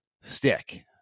stick